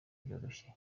byoroshye